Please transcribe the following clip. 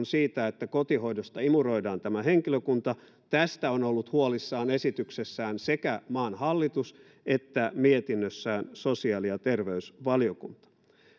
siitä että kotihoidosta imuroidaan tämän henkilökunta on ollut huolissaan esityksessään sekä maan hallitus että mietinnössään sosiaali ja terveysvaliokunta